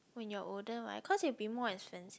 when you're older right cause it'll be more expensive